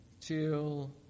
till